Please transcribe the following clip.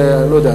לא יודע,